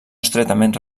estretament